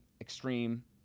extreme